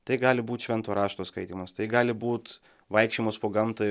tai gali būt švento rašto skaitymas tai gali būt vaikščiojimas po gamtą